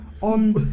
on